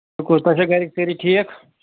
شُکُر تۄہہِ چھا گرٕکۍ سٲری ٹھیٖک